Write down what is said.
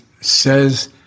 says